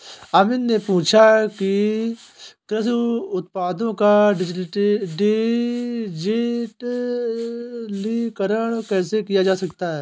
अमित ने पूछा कि कृषि उत्पादों का डिजिटलीकरण कैसे किया जा सकता है?